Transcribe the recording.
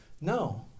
no